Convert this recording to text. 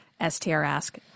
STRask